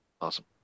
Awesome